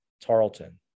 Tarleton